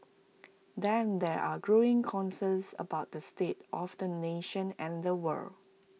then there are growing concerns about the state of the nation and the world